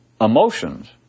emotions